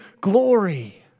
glory